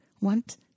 want